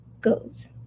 goes